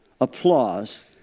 applause